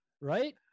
Right